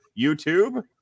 YouTube